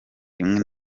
rimwe